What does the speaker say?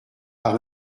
par